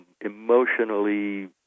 emotionally